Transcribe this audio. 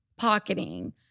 Pocketing